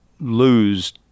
lose